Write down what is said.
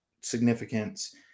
significance